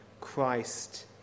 Christ